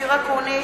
אופיר אקוניס,